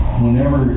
whenever